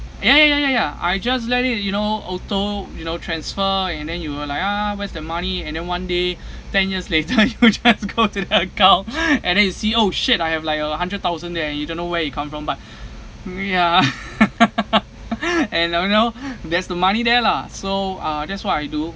ya ya ya ya ya I just let it you know auto you know transfer and then you were like ah where's the money and then one day ten years later you just go to the account and then you see oh shit I have like a hundred thousand there you don't know where it come from but we are and I don't know there's the money there lah so uh that's what I do